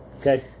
Okay